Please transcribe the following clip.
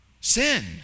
sin